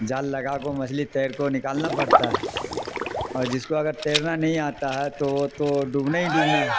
جال لگا کو مچھلی تیر کو نکالنا پڑتا ہے اور جس کو اگر تیرنا نہیں آتا ہے تو وہ تو ڈبنا ہی ڈوبنا ہے